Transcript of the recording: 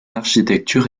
architecture